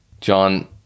John